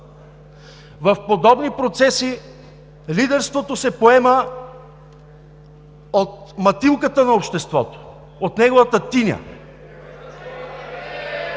В подобни процеси лидерството се поема от мътилката на обществото, от неговата тиня!